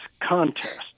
contest